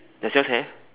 does yours have